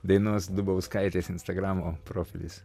dainos dubauskaitės instagramo profilis